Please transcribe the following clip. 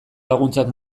laguntzak